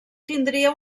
tindria